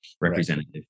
representative